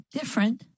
Different